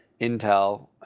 Intel